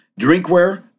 drinkware